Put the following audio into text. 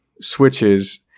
switches